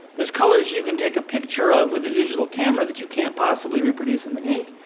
there's colors you can take a picture of with a digital camera that you can't possibly reproduce in the ink.